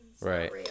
right